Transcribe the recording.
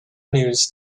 news